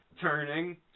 turning